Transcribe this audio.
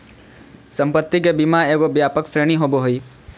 संपत्ति के बीमा एगो व्यापक श्रेणी होबो हइ